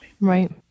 Right